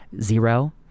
zero